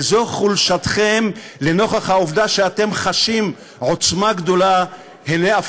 וזו חולשתכם לנוכח העובדה שאתם חשים עוצמה גדולה הנה,